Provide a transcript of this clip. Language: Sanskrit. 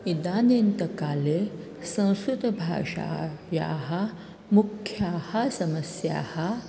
इदानीन्तनकाले संस्कृतभाषायाः मुख्याः समस्याः